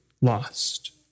lost